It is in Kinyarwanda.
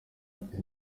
ati